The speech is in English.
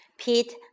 Pete